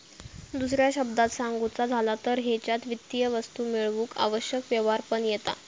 दुसऱ्या शब्दांत सांगुचा झाला तर हेच्यात वित्तीय वस्तू मेळवूक आवश्यक व्यवहार पण येता